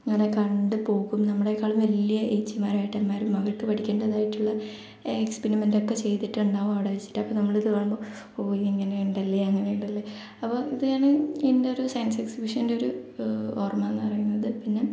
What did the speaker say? ഇങ്ങനെ കണ്ട് പോകും നമ്മളെക്കാളും വലിയ ചേച്ചിമാരും ഏട്ടന്മാരും അവർക്ക് പഠിക്കേണ്ടതായിട്ടുള്ള എക്സ്പെരിമെൻറ്റ് ഒക്കെ ചെയ്തിട്ടുണ്ടാകും അവിടെ വെച്ചിട്ട് അപ്പോൾ നമ്മൾ ഇത് കാണുമ്പോൾ ഓ ഇങ്ങനെ ഉണ്ടല്ലേ അങ്ങനെ ഉണ്ടല്ലേ അപ്പോൾ ഇതാണ് ഇതിൻ്റെ ഒരു സയൻസ് എക്സിബിഷൻ്റെ ഒരു ഓർമ എന്ന് പറയുന്നത് പിന്നെ